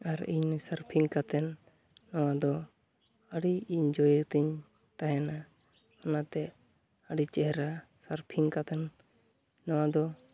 ᱟᱨ ᱤᱧ ᱥᱟᱨᱯᱷᱤᱝ ᱠᱟᱛᱮᱱ ᱱᱚᱣᱟᱫᱚ ᱟᱹᱰᱤ ᱤᱧᱡᱚᱭᱟᱛᱮᱧ ᱛᱟᱦᱮᱱᱟ ᱚᱱᱟᱛᱮ ᱟᱹᱰᱤ ᱪᱮᱦᱨᱟ ᱥᱟᱨᱯᱷᱤᱝ ᱠᱟᱛᱮᱱ ᱱᱚᱣᱟᱫᱚ